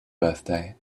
birthday